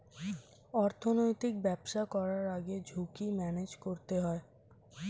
অর্থনৈতিক ব্যবসা করার আগে ঝুঁকি ম্যানেজ করতে হয়